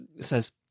says